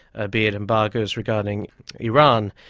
ah be it embargoes regarding iran.